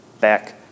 back